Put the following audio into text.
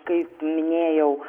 kaip minėjau